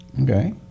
okay